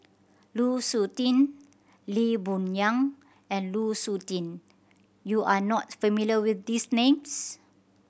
Lu Suitin Lee Boon Yang and Lu Suitin you are not familiar with these names